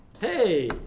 hey